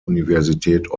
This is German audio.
universität